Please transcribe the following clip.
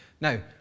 Now